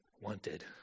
wanted